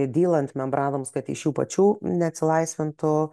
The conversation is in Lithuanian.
dylant membranoms kad iš jų pačių neatsilaisvintų